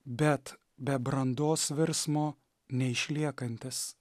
bet be brandos virsmo neišliekantis